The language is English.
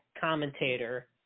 commentator